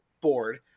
board